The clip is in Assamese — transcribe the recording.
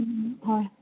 হয়